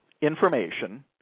information